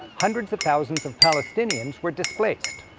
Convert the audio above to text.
hundreds of thousands of palestinians were displaced,